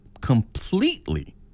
completely